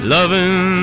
Loving